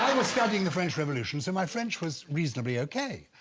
was studying the french revolution so my french was reasonably, okay,